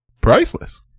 Priceless